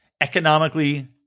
economically-